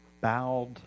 bowed